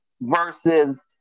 versus